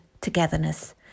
togetherness